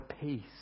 peace